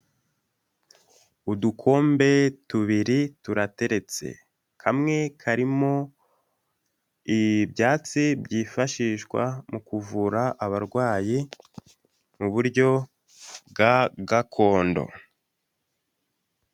Udukombe tubiri turateretse, kamwe karimo ibyatsi byifashishwa mu kuvura abarwayi mu buryo bwa gakondo.